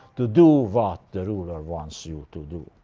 to do what the ruler wants you to do.